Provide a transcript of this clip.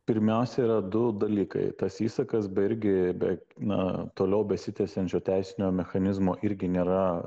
pirmiausia yra du dalykai tas įsakas be irgi be na toliau besitęsiančio teisinio mechanizmo irgi nėra